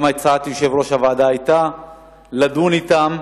גם הצעת יושב-ראש הוועדה היתה לדון אתם,